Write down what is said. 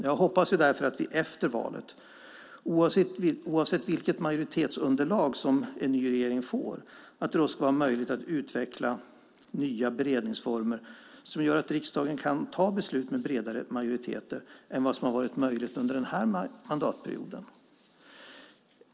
Jag hoppas därför att det efter valet, oavsett vilket majoritetsunderlag som en ny regering får, ska vara möjligt att utveckla nya beredningsformer som gör att riksdagen kan fatta beslut med bredare majoriteter än vad som har varit möjligt under den här mandatperioden.